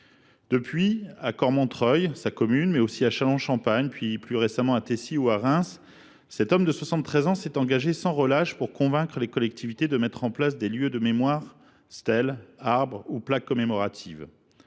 Depuis lors, à Cormontreuil – sa commune –, mais aussi à Châlons en Champagne ou, plus récemment, à Taissy et à Reims, cet homme de 73 ans s’est engagé sans relâche pour convaincre les collectivités de mettre en place des lieux de mémoire : stèles, arbres, plaques commémoratives.